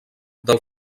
del